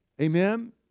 Amen